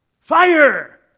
fire